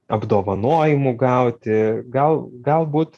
apdovanojimų gauti gal galbūt